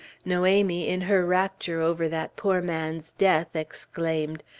noemie, in her rapture over that poor man's death, exclaimed,